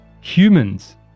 humans